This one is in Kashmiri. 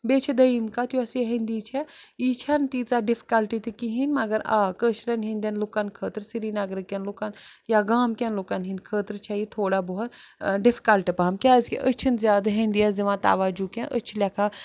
بیٚیہِ چھِ دٔیِم کَتھ یۄس یہِ ہِندی چھےٚ یہِ چھَنہٕ تیٖژاہ ڈِفکَلٹ تہِ کِہیٖنۍ مگر آ کٲشرٮ۪ن ہِنٛدٮ۪ن لُکَن خٲطرٕ سرینگرٕ کٮ۪ن لُکَن یا گامکٮ۪ن لُکَن ہِنٛدۍ خٲطرٕ چھےٚ یہِ تھوڑا بہت ڈِفکَلٹ پَہم کیٛازِکہِ أسۍ چھِنہٕ زیادٕ ہِندی یَس دِوان تَوجو کیٚنٛہہ أسۍ چھِ لیٚکھان